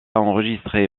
enregistré